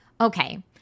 okay